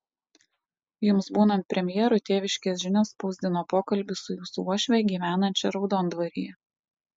jums būnant premjeru tėviškės žinios spausdino pokalbį su jūsų uošve gyvenančia raudondvaryje